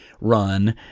run